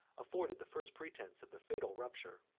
afforded the first pretence of the fatal rupture.